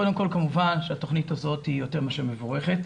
קודם כל כמובן שהתוכנית הזאת יותר מאשר מבורכת.